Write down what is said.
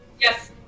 Yes